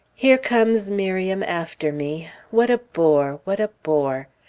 here comes miriam after me! what a bore! what a bore!